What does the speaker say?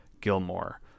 Gilmore